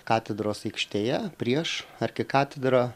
katedros aikštėje prieš arkikatedrą